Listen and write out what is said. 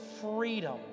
freedom